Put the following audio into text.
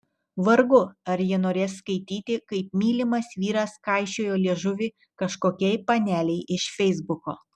vargu ar ji norės skaityti kaip mylimas vyras kaišiojo liežuvį kažkokiai panelei iš feisbuko